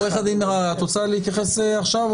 עורכת הדין מררי, את רוצה להתייחס עכשיו?